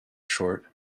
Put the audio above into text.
short